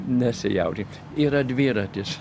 nesijaudink yra dviratis